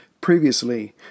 Previously